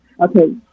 Okay